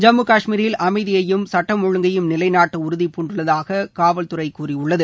ஜம்மு கஷ்மீரில் அமைதியையும் சட்டம் ஒழுங்கையும் நிலைநாட்ட உறுதிபூண்டுள்ளதாக காவல்துறை கூறியுள்ளது